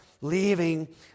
leaving